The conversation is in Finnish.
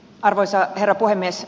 arvoisa herra puhemies